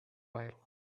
while